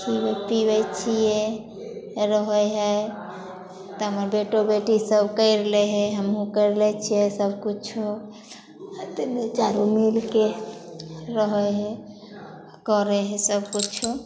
खीअबै पीबै छियै रहै हइ तऽ हमर बेटो बेटी सब करि लै हइ हमहु करि लै छियै सब किछो आ तीन्नू चारू मिलके रहै हय करै हय सब किछो